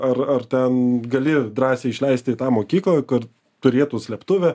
ar ar ten gali drąsiai išleisti į tą mokyklą kur turėtų slėptuvę